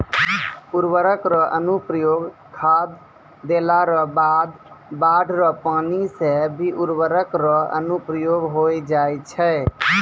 उर्वरक रो अनुप्रयोग खाद देला रो बाद बाढ़ रो पानी से भी उर्वरक रो अनुप्रयोग होय जाय छै